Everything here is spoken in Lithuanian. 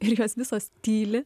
ir jos visos tyli